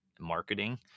marketing